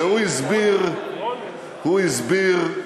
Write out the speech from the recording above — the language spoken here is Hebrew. והוא הסביר: